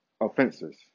offenses